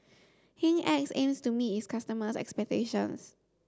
Hygin X aims to meet its customers' expectations